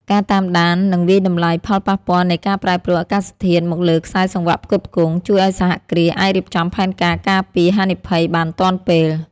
ការតាមដាន និងវាយតម្លៃផលប៉ះពាល់នៃការប្រែប្រួលអាកាសធាតុមកលើខ្សែសង្វាក់ផ្គត់ផ្គង់ ជួយឱ្យសហគ្រាសអាចរៀបចំផែនការការពារហានិភ័យបានទាន់ពេល។